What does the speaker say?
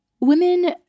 women